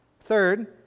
Third